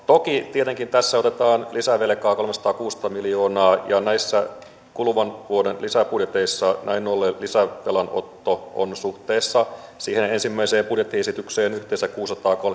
toki tietenkin tässä otetaan lisävelkaa kolmesataakuusitoista miljoonaa ja näissä kuluvan vuoden lisäbudjeteissa näin ollen lisävelanotto on suhteessa siihen ensimmäiseen budjettiesitykseen yhteensä kuusisataakolmekymmentä